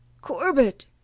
Corbett